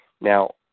Now